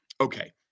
Okay